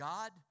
God